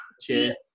cheers